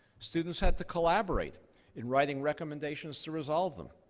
students had to collaborate in writing recommendations to resolve them.